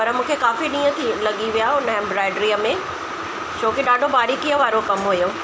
पर मूंखे काफ़ी ॾींहुं थी लॻी विया उन एम्बॉयडरीअ में छो की ॾाढो बारी कीअं वारो कम हुयो